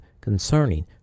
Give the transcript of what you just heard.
concerning